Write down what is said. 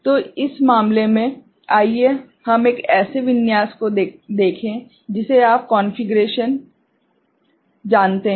तो इस मामले में आइए हम एक ऐसे विन्यास को देखें जिसे आप कॉन्फ़िगरेशन जानते हैं